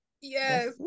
yes